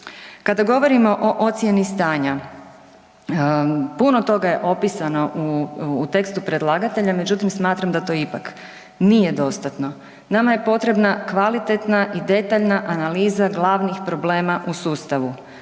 Kada govorimo o ocijeni stanja, puno toga je opisano u, u tekstu predlagatelja, međutim smatram da to ipak nije dostatno. Nama je potrebna kvalitetna i detaljna analiza glavnih problema u sustavu,